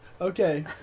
Okay